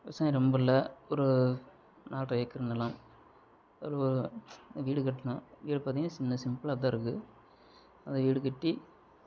விவசாயம் ரொம்ப இல்லை ஒரு நால்ரை ஏக்கர் நிலம் ஒரு ஒரு வீடு கட்டணும் வீடு பார்த்திங்கனா சின்ன சிம்புளாகத்தான் இருக்குது அதை வீடு கட்டி